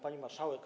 Pani Marszałek!